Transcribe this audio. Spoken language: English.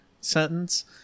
sentence